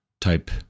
type